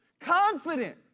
Confident